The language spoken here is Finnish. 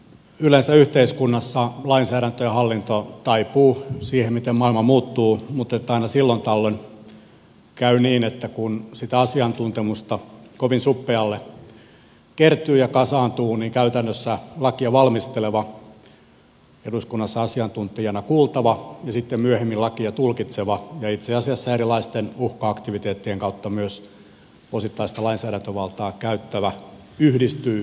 yleensä yhteiskunnassa lainsäädäntö ja hallinto taipuvat siihen miten maailma muuttuu mutta aina silloin tällöin käy niin että kun sitä asiantuntemusta kovin suppealle kertyy ja kasaantuu niin käytännössä lakia valmisteleva eduskunnassa asiantuntijana kuultava ja sitten myöhemmin lakia tulkitseva ja itse asiassa erilaisten uhka aktiviteettien kautta myös osittain sitä lainsäädäntövaltaa käyttävä yhdistyy yhteen